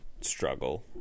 struggle